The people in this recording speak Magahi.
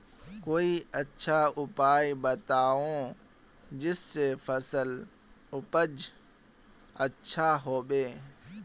कोई अच्छा उपाय बताऊं जिससे फसल उपज अच्छा होबे